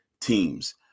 teams